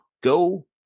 go